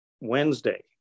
Wednesday